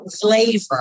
flavor